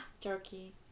Turkey